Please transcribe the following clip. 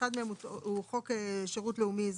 אחד מהם הוא חוק שירות לאומי אזרחי.